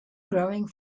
growing